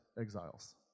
exiles